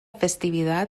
festividad